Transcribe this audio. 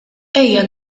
ejja